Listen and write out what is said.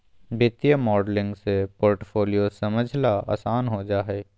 वित्तीय मॉडलिंग से पोर्टफोलियो समझला आसान हो जा हय